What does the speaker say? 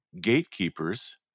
gatekeepers